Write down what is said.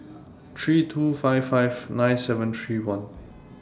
three two five five nine seven three one